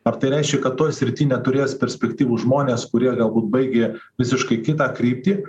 ar tai reiškia kad toj srity neturės perspektyvų žmonės kurie galbūt baigė visiškai kitą kryptį